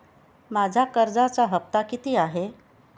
माझा कर्जाचा हफ्ता किती आहे?